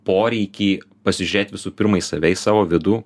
poreikį pasižiūrėt visų pirma į save į savo vidų